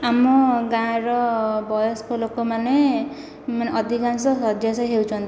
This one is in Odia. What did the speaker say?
ଆମ ଗାଁ'ର ବୟସ୍କ ଲୋକମାନେ ମାନେ ଅଧିକାଂଶ ଶଯ୍ୟାଶାୟୀ ହେଉଛନ୍ତି